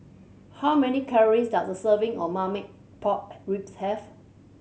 how many calories does a serving of Marmite Pork Ribs have